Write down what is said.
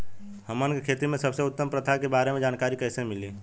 हमन के खेती में सबसे उत्तम प्रथा के बारे में जानकारी कैसे मिली?